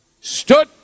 Stood